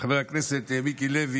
חבר הכנסת מיקי לוי,